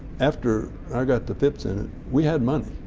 after i got the phipps in it we had money.